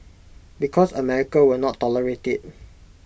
because America will not tolerate IT